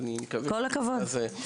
כל הכבוד.